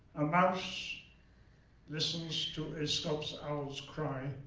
a mouse listens to a scops owl's cry.